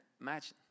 imagine